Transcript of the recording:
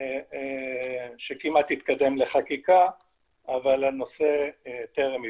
שכמעט התקדם לחקיקה אבל הנושא טרם הבשיל.